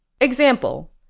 Example